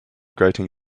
grating